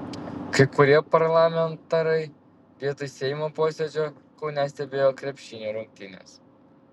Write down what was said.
kai kurie parlamentarai vietoj seimo posėdžio kaune stebėjo krepšinio rungtynes